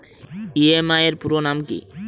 EMI এর পুরোনাম কী?